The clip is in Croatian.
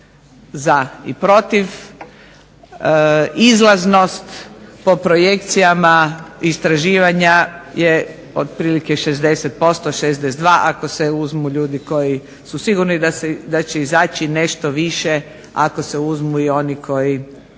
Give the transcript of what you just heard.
za i protiv. Izlaznost po projekcijama istraživanja je otprilike 60%, 62 ako se uzmu ljudi koji su sigurni da će izaći nešto više ako se uzmu i oni koji